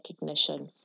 recognition